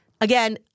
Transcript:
Again